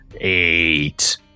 Eight